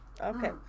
Okay